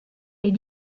est